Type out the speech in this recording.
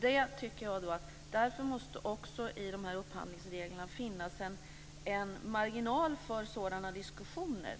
Därför tycker jag att det i dessa upphandlingsregler också måste finnas en marginal för sådana diskussioner.